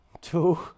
two